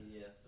Yes